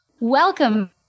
Welcome